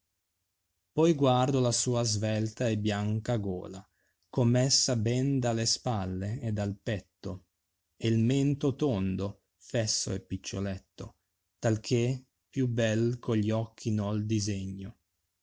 poi guardo la sua svelta e bianca gola commessa ben dalle spalle e dal petto il mento tondo fesso e piccioletto talché più bel cogli occhi noi disegno